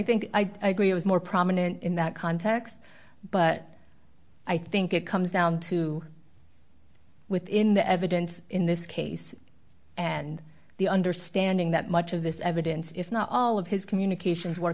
think i agree it was more prominent in that context but i think it comes down to within the evidence in this case and the understanding that much of this evidence if not all of his communications w